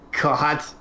God